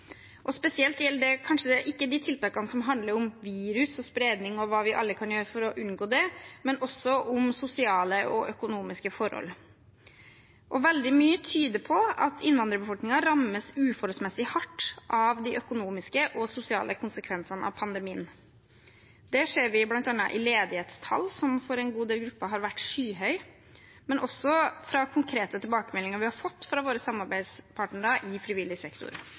gjelder kanskje ikke spesielt de tiltakene som handler om virus, spredning og hva vi alle kan gjøre for å unngå det, det handler også om sosiale og økonomiske forhold. Veldig mye tyder på at innvandrerbefolkningen rammes uforholdsmessig hardt av de økonomiske og sosiale konsekvensene av pandemien. Det ser vi bl.a. i ledighetstallene, som for en god del grupper har vært skyhøye, men også fra konkrete tilbakemeldinger vi har fått fra våre samarbeidspartnere i frivillig sektor.